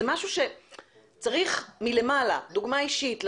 זה משהו שצריך מלמעלה, דוגמה אישית,